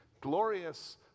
glorious